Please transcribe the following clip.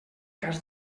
cas